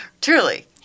Truly